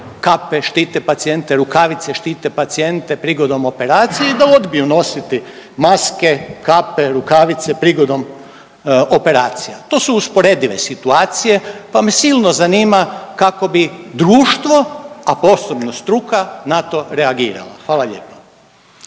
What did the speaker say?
kape štite pacijente, rukavice štite pacijente prigodom operacije i da odbiju nositi maske, kape, rukavice prigodom operacija. To su usporedive situacije, pa me silno zanima kako bi društvo, a posebno struka na to reagirala. Hvala lijepa.